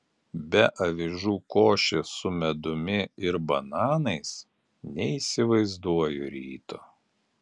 be avižų košės su medumi ir bananais neįsivaizduoju ryto